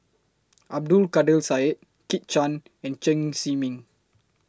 Abdul Kadir Syed Kit Chan and Chen Zhiming